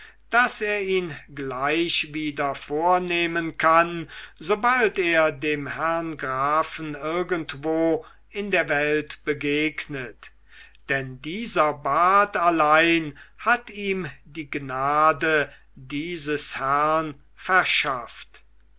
daß er ihn gleich wieder vornehmen kann sobald er dem grafen irgendwo in der welt begegnet denn dieser bart allein hat ihm die gnade dieses herrn verschafft